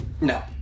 No